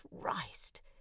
Christ